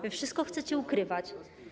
Wy wszystko chcecie ukrywać.